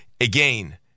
again